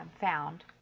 found